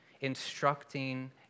instructing